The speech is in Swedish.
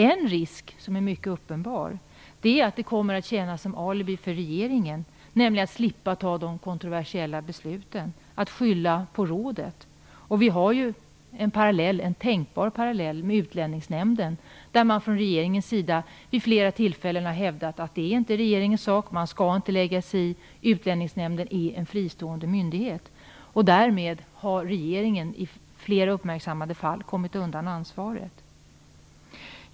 En mycket uppenbar risk är att det kommer att tjäna som alibi för regeringen att slippa ta kontroversiella beslut och att skylla på rådet. Vi har en tänkbar parallell i Utlänningsnämnden. Från regeringens sida har det ju vid flera tillfällen hävdats att det inte är regeringens sak och att man inte skall lägga sig i, utan Utlänningsnämnden är en fristående myndighet. Därmed har regeringen i flera uppmärksammade fall kommit undan ansvaret.